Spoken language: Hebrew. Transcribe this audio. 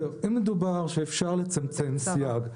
אם מדובר שאפשר לצמצם סייג,